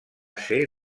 ser